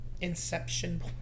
inception